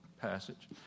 passage